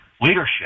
leadership